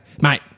mate